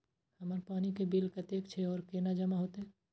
हमर पानी के बिल कतेक छे और केना जमा होते?